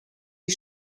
die